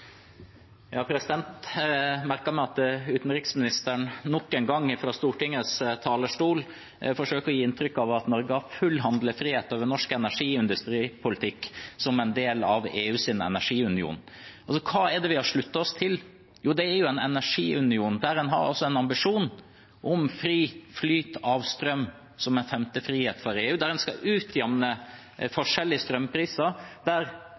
Jeg merket meg at utenriksministeren nok en gang fra Stortingets talerstol forsøker å gi inntrykk av at Norge har full handlefrihet over norsk energi- og industripolitikk som en del av EUs energiunion. Hva er det vi har sluttet oss til? Jo, det er en energiunion der en har en ambisjon om fri flyt av strøm, som en femte frihet for EU, der en skal utjamne forskjell i strømpriser, der